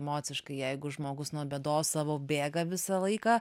emociškai jeigu žmogus nuo bėdos savo bėga visą laiką